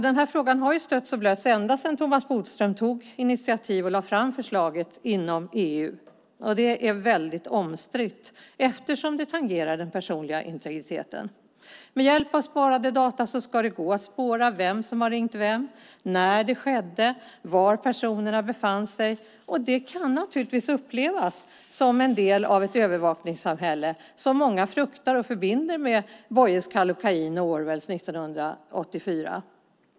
Den här frågan har stötts och blötts ända sedan Thomas Bodström tog initiativ och lade fram förslaget inom EU. Det är väldigt omstritt, eftersom det tangerar den personliga integriteten. Med hjälp av sparade data ska det gå att spåra vem som har ringt vem, när det skedde och var personerna befann sig. Det kan naturligtvis upplevas som en del av ett övervakningssamhälle som man fruktar och förbinder med Boyes Kallocain och Orwells 1984 .